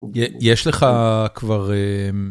יש לך כבר.